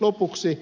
lopuksi